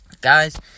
Guys